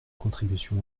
contribution